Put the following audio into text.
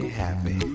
happy